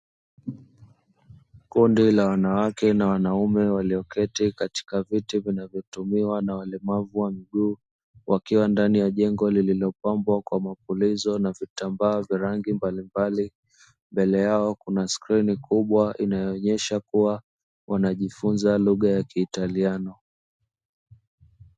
Kundi la wanawake na wanaume walioketi katika viti vinavyotumiwa na walemavu wa miguu, wakiwa ndani ya jengo lililopambwa kwa mapulizo na vitambaa vyenye rangi mbalimbali, mbele yao kuna skrini kubwa inayoonyesha kuwa wanajifunza lugha ya Kiitaliano.